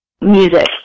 music